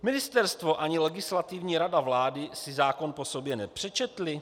Ministerstvo ani Legislativní rada vlády si zákon po sobě nepřečetly?